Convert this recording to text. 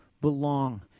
belong